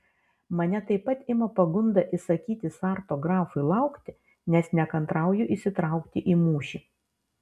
mane taip pat ima pagunda įsakyti sarto grafui laukti nes nekantrauju įsitraukti į mūšį